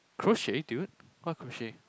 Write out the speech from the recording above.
crochet dude what crochet